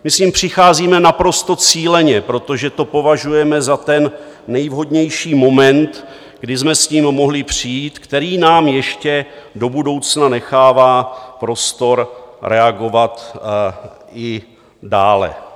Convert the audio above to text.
My s ním přicházíme naprosto cíleně, protože to považujeme za ten nejvhodnější moment, kdy jsme s tím mohli přijít, který nám ještě do budoucna nechává prostor reagovat i dále.